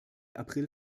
april